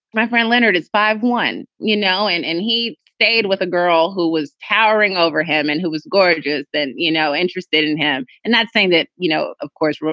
my friend leonard, is five one, you know, and and he stayed with a girl who was towering over him and who was gorgeous then, you know, interested in him. and that's saying that, you know, of course,